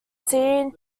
seen